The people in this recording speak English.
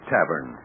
Tavern